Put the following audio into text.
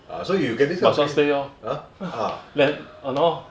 ah so you get this kind of !huh! ah